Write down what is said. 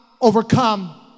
overcome